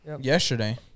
Yesterday